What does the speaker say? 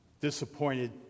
disappointed